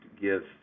give